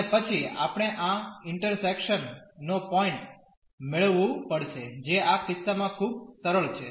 અને પછી આપણે આ ઇન્ટરસેક્શન નો પોઈન્ટ મેળવવું પડશે જે આ કિસ્સામાં ખૂબ સરળ છે